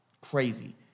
crazy